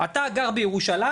אתה גר בירושלים,